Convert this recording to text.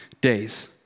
days